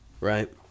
right